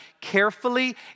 carefully